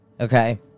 Okay